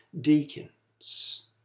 deacons